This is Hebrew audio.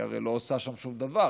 היא הרי לא עושה שם שום דבר,